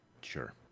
Sure